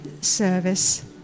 service